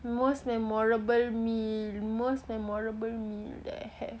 the most memorable meal most memorable meal that I have